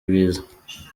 ibiza